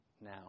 now